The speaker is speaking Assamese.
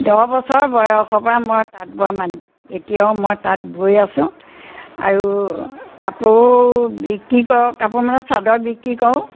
দহ বছৰ বয়সৰপৰা মই তাঁত বোৱা মানুহ এতিয়াও মই তাঁত বৈ আছোঁ আৰু কাপোৰ বিক্ৰী কৰোঁ কাপোৰ মানে চাদৰ বিক্ৰী কৰোঁ